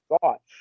thoughts